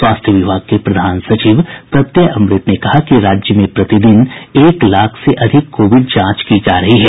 स्वास्थ्य विभाग के प्रधान सचिव प्रत्यय अमृत ने कहा कि राज्य में प्रतिदिन एक लाख से अधिक कोविड जांच की जा रही है